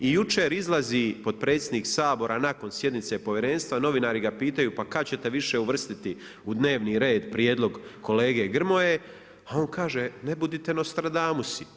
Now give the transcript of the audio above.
I jučer izlazi potpredsjednik Sabora nakon sjednice Povjerenstva, novinari ga pitaju pa kad ćete više uvrstiti u dnevni red prijedlog kolege Grmoje, a on kaže ne budite Nostradamusi.